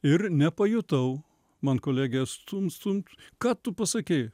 ir nepajutau man kolegė stumt stumt ką tu pasakei